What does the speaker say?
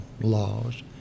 laws